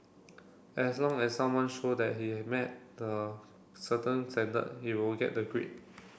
as long as someone show that he has met the certain standard he will get the grade